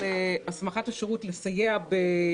יון בהצעת חוק הסמכת שירות הביטחון הכללי לסייע במאמץ